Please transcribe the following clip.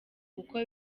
kuko